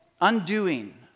undoing